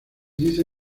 dice